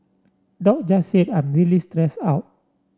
Doc just said I'm really stressed out